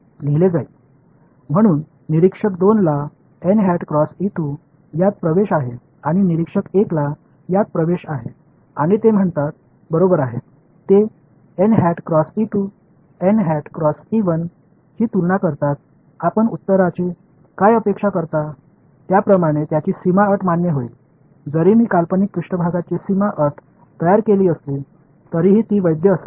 म्हणून निरीक्षक 2 ला यात प्रवेश आहे आणि निरीक्षक 1 ला यात प्रवेश आहे आणि ते म्हणतात बरोबर आहे ते ची तुलना करतात आपण उत्तराची काय अपेक्षा करता त्याप्रमाणे त्यांची सीमा अट मान्य होईल जरी मी काल्पनिक पृष्ठभागाची सीमा अट तयार केली असली तरीही ती वैध असावी